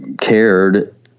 cared